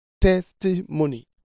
testimony